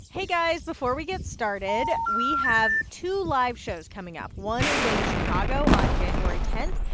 hey, guys. before we get started, we have two live shows coming up. one is in chicago on january ten.